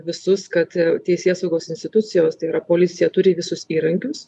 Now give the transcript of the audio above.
visus kad teisėsaugos institucijos tai yra policija turi visus įrankius